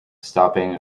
stopping